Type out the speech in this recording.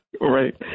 Right